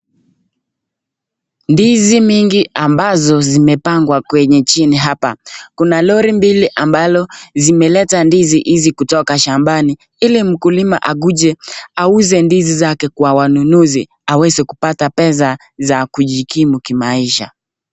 ndizi mingi ambazo zimepangwa kwenye chini hapa, kuna lori mbili ambalo zimeleta ndizi hizi kutoka shambani ili mkulima akuje auze ndizi zake kwa watu wanunuzi aweze kupata pesa za kujikimu kimaisha.